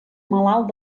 malalt